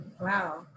Wow